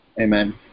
Amen